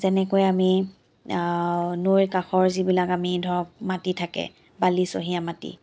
এনেকৈ আমি নৈৰ কাষৰ যিবিলাক আমি ধৰক মাটি থাকে বালিচহীয়া মাটি